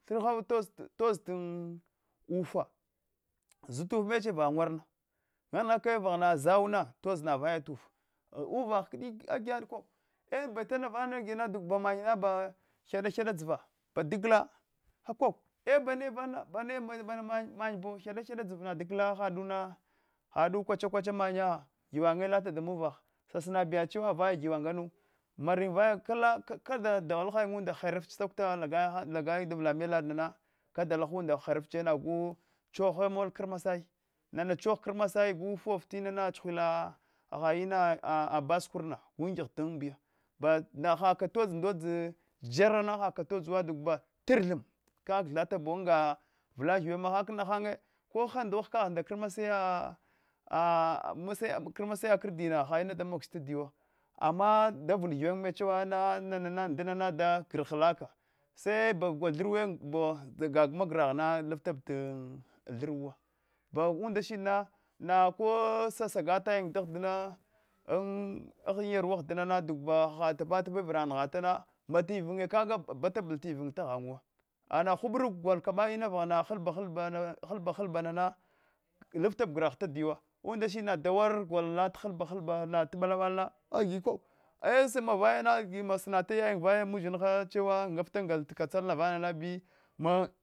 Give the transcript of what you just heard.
Thaha tos an tos an ufa ufa zit ufa neche va warna nanghakai va zauna tot nava tuf uvah kdi agiyad mbatama vana duba mamya bagyada hyada dzova badagala hako e bame vana bane mamya bo hyada hyada dzov badgla haduna hadu kweche kwacha manya giwanye lata da muvagh sinab yata chewa vaya giwan nganu marin vaya kalaka da dagwuol hiya heriftach sakuta lagayin davla meladna kada lahunda nagh ch henfehe mot krmasari nana choh krmasai gufaf tina chughul hahd ina a bar sukurna gu ngigh dam diya bahakagh to dzadza jarrana haka todzowa duba trthm kak thatabo nga vala ghiwenya mahan agha nahanye ko ha ndoh ka nda komasai ya kodina har ina damogach tadiyawa aina davl ghiwen mechewa nana ndana da grwaka sesa bagwa thr we bo bagegama grha lifiteb ta ltr wu ba unda shidna nako sasagatayin ahdina an yarwa ahdinana duba hahad tapatapi vra nghatana mbata ivnnye kaga patabl tivn taghan wawa ana hubuack gil kaba ina vaghana hulba habl boma lifta gragh tadiyawa undashed na daurak lafal hulba hacbana t mbala mbala na agi ko e masana vayanaa masaana yin vaya chewa maya uzhin hani chewa ngafta ngal katsalana vanana bi